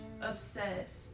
obsessed